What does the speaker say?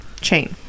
chain